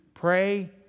Pray